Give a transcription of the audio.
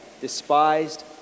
despised